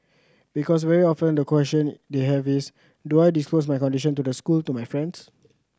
because very often the question they have is do I disclose my condition to the school to my friends